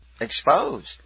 exposed